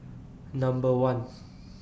Number one